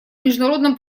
международном